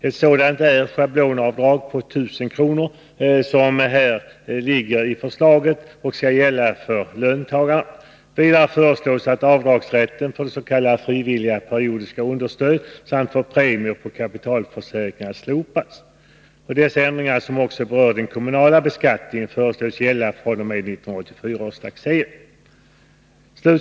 En sådan är det schablonavdrag om 1 000 kr. som enligt förslaget skall gälla för löntagare. Vidare föreslås att avdragsrätten för s.k. frivilliga periodiska understöd samt för premier på kapitalförsäkringar slopas. Dessa ändringar, som berör även den kommunala beskattningen, föreslås gälla fr.o.m. 1984 års taxering.